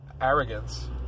arrogance